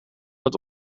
het